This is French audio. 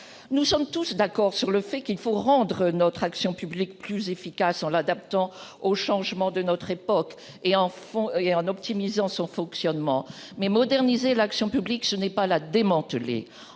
nous sommes tous d'accord sur le fait qu'il faut rendre notre action publique plus efficace en l'adaptant au changement de notre époque et enfant et en optimisant son fonctionnement mais moderniser l'action publique, ce n'est pas la démanteler